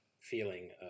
feeling